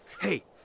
Hey